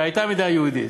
שהייתה מדינה יהודית.